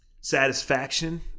Satisfaction